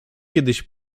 kiedyś